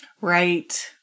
Right